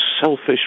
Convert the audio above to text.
selfish